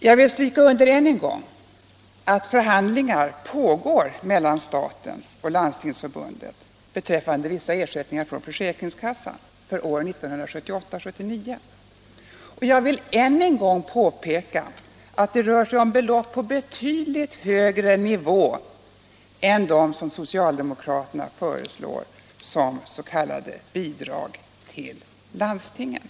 Jag vill understryka än en gång att förhandlingar pågår mellan staten och Landstingsförbundet beträffande vissa ersättningar från försäkringskassan för åren 1978 och 1979, och jag påpekar återigen att det rör sig om betydligt högre belopp än dem som socialdemokraterna föreslår som s.k. bidrag till landstingen.